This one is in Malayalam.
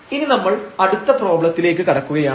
ഇനി നമ്മൾ അടുത്ത പ്രോബ്ലത്തിലേക്ക് കടക്കുകയാണ്